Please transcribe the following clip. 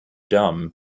dumb